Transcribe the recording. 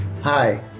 Hi